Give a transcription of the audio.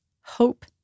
hope